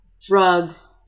drugs